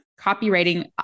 copywriting